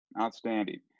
outstanding